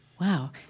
Wow